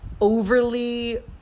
overly